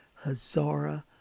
Hazara